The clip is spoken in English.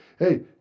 Hey